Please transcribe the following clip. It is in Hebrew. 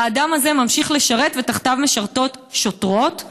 האדם הזה ממשיך לשרת ותחתיו משרתות שוטרות,